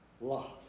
love